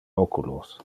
oculos